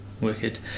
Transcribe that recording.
wicked